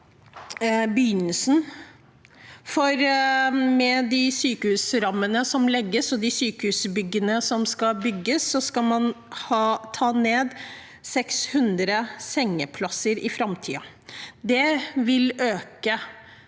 begynnelsen, for med de sykehusrammene som legges, og de sykehusbyggene som skal bygges, skal man ta ned 600 sengeplasser i framtiden. Det vil øke